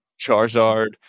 charizard